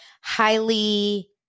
highly